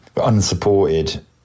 unsupported